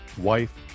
wife